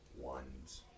ones